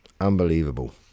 unbelievable